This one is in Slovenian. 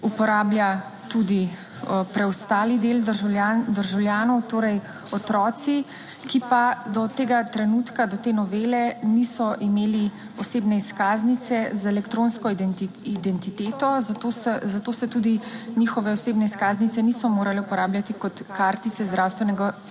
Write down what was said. uporablja tudi preostali del državljanov torej otroci, ki pa do tega trenutka, do te novele niso imeli osebne izkaznice z elektronsko identiteto, zato se tudi njihove osebne izkaznice niso morale uporabljati kot kartice zdravstvenega zavarovanja.